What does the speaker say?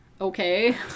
okay